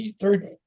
third